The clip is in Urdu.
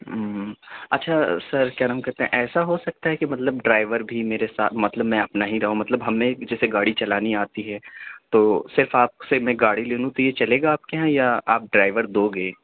اچھا سر کیا نام کہتے ہیں ایسا ہو سکتا ہے کہ مطلب ڈرائیور بھی میرے سا مطلب میں اپنا ہی رہوں مطلب ہمیں جیسے گاڑی چلانی آتی ہے تو صرف آپ سے میں گاڑی لے لوں تو یہ چلے گا آپ کے یہاں یا آپ ڈرائیور دو گے